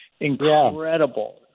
incredible